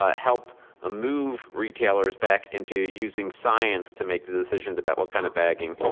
ah help ah move retailers back into using science to make the decisions about what kind of bagging,